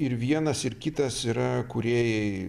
ir vienas ir kitas yra kūrėjai